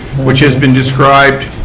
which has been described